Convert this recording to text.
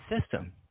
system